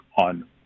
on